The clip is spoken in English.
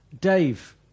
Dave